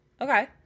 Okay